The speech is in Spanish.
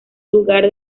lugar